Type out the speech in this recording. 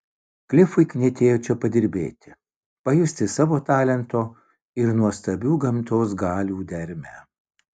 klifui knietėjo čia padirbėti pajusti savo talento ir nuostabių gamtos galių dermę